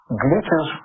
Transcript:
glitches